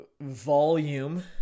volume